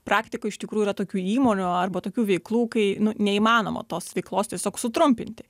praktikoj iš tikrųjų yra tokių įmonių arba tokių veiklų kai nu neįmanoma tos veiklos tiesiog sutrumpinti